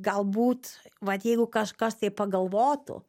galbūt vat jeigu kažkas tai pagalvotų